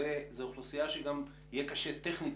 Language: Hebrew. זו אוכלוסייה שגם יהיה קשה טכנית,